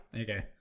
Okay